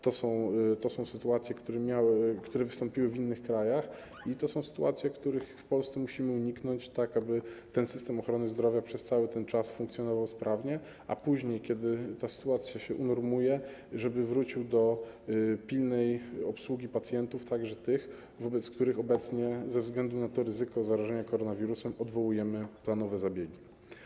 To są sytuacje, które wystąpiły w innych krajach, i to są sytuacje, których w Polsce musimy uniknąć, tak aby system ochrony zdrowia przez cały ten czas funkcjonował sprawnie i żeby później, kiedy ta sytuacja się unormuje, wrócił do pilnej obsługi pacjentów, także tych, którym obecnie, ze względu na ryzyko zarażenia koronawirusem, odwołujemy planowe zabiegi.